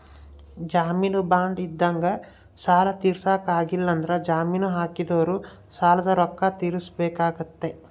ಜಾಮೀನು ಬಾಂಡ್ ಇದ್ದಂಗ ಸಾಲ ತೀರ್ಸಕ ಆಗ್ಲಿಲ್ಲಂದ್ರ ಜಾಮೀನು ಹಾಕಿದೊರು ಸಾಲದ ರೊಕ್ಕ ತೀರ್ಸಬೆಕಾತತೆ